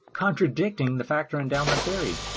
contradicting the factor-endowment theory.